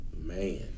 Man